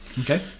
Okay